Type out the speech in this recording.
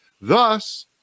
Thus